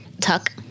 Tuck